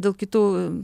dėl kitų